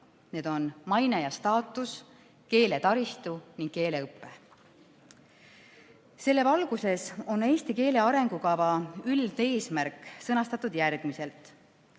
Need on maine ja staatus, keeletaristu ning keeleõpe. Selles valguses on eesti keele arengukava üldeesmärk sõnastatud järgmiselt: